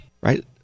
right